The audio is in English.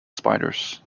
spiders